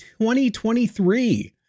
2023